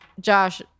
Josh